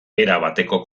erabateko